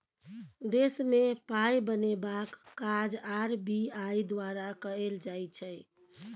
देशमे पाय बनेबाक काज आर.बी.आई द्वारा कएल जाइ छै